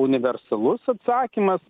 universalus atsakymas